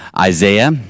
Isaiah